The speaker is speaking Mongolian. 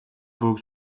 буйг